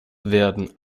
werden